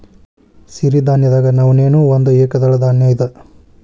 ಸಿರಿಧಾನ್ಯದಾಗ ನವಣೆ ನೂ ಒಂದ ಏಕದಳ ಧಾನ್ಯ ಇದ